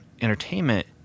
entertainment